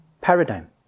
paradigm